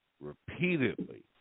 repeatedly